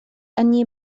أني